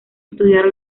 estudiar